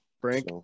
frank